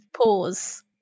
pause